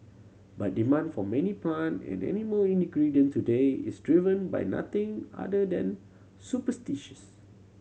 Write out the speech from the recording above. but demand for many plant and animal ingredient today is driven by nothing other than superstitions